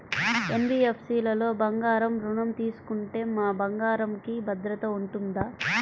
NBFC లలో బంగారు ఋణం తీసుకుంటే మా బంగారంకి భద్రత ఉంటుందా?